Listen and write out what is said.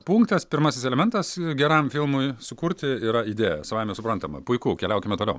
punktas pirmasis elementas geram filmui sukurti yra idėja savaime suprantama puiku keliaukime toliau